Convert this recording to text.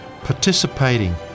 participating